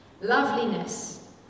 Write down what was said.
loveliness